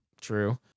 true